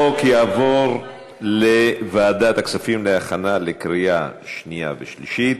הצעת החוק תעבור לוועדת הכספים להכנה לקריאה שנייה ושלישית.